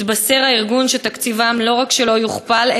התבשר הארגון שתקציבם לא רק שלא יוכפל,